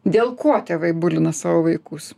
dėl ko tėvai bulina savo vaikus